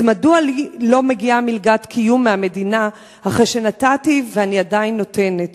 אז מדוע לי לא מגיעה מלגת קיום מהמדינה אחרי שנתתי ואני עדיין נותנת?